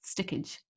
stickage